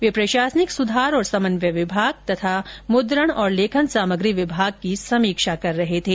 वे प्रशासनिक सुधार और समन्वय विभाग तथा मुद्रण और लेखन साम्रगी विभाग की समीक्षा कर रहे थे